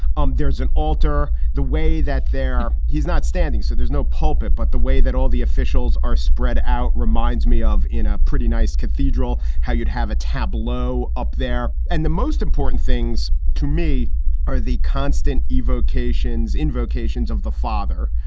um there's an altar the way that they're he's not standing. so there's no pulpit. but the way that all the officials are spread out reminds me of in a pretty nice cathedral how you'd have a tableau up there. and the most important things to me are the constant evocations, invocations of the father.